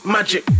Magic